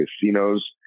Casinos